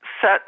set